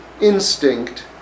instinct